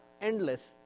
endless